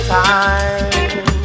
time